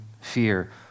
fear